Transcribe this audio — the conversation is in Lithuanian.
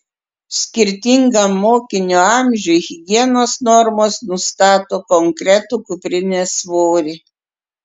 skirtingam mokinio amžiui higienos normos nustato konkretų kuprinės svorį